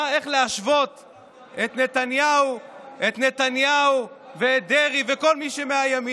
למה להשוות את נתניהו ואת דרעי ואת כל מי שמהימין.